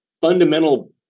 fundamental